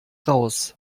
raus